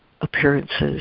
appearances